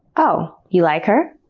oh, you like her?